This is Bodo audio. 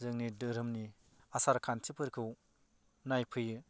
जोंनि धोरोमनि आासार खान्थिफोरखौ नायफैयो